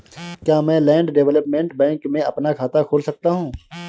क्या मैं land development bank में अपना खाता खोल सकता हूँ?